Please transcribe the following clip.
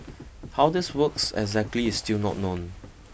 how this works exactly is still not known